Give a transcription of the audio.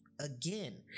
again